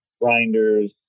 grinders